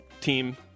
team